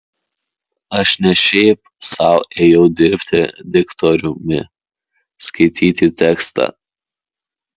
aš ne šiaip sau ėjau dirbti diktoriumi skaityti tekstą